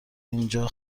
اینجا